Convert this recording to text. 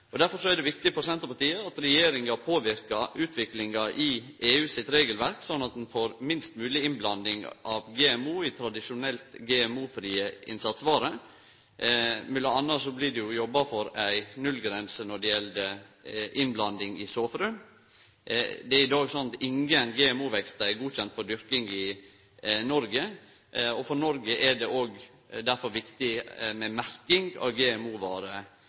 finne. Derfor er det viktig for Senterpartiet at regjeringa påverkar utviklinga i EUs regelverk, slik at ein får minst mogleg innblanding av GMO i tradisjonelt GMO-frie innsatsvarer. Mellom anna blir det jobba for ei nullgrense når det gjeld innblanding i såfrø. Det er i dag slik at ingen GMO-vekstar er godkjende for dyrking i Noreg, og for Noreg er det derfor viktig med merking av